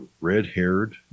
red-haired